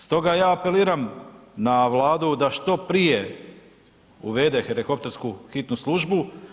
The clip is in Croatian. Stoga ja apeliram na Vladu da što prije uvede helikoptersku hitnu službu.